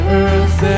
earth